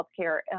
healthcare